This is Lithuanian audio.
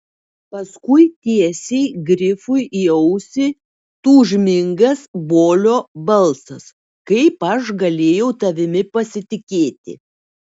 paskui tiesiai grifui į ausį tūžmingas bolio balsas kaip aš galėjau tavimi pasitikėti